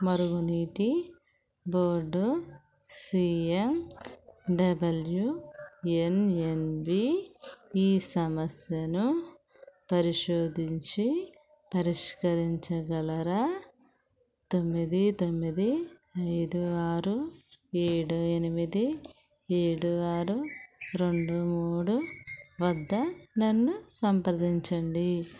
మరుగునీటి board C M W N N B ఈ సమస్యను పరిశోధించి పరిష్కరించగలరా తొమ్మిది తొమ్మిది ఐదు ఆరు ఏడు ఎనిమిది ఏడు ఆరు రెండు మూడు వద్ద నన్ను సంప్రదించండి